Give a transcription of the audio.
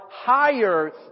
higher